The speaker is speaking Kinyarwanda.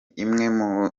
imwe